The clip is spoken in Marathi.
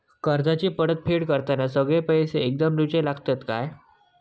कर्जाची परत फेड करताना सगळे पैसे एकदम देवचे लागतत काय?